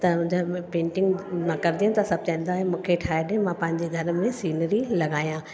त जाम पेंटिंग मां कंदी हुअमि त सभु चवंदा हुआ मूंखे ठाहे ॾे मां पंहिंजे घर में सीनरी लॻायां